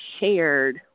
shared